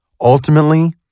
Ultimately